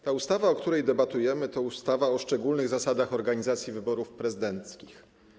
Ta ustawa, o której debatujemy, to ustawa o szczególnych zasadach organizacji wyborów prezydenckich.